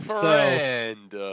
Friend